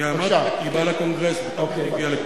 אמרתי, היא באה לקונגרס, איך היא הגיעה לפה?